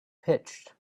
pitched